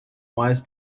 was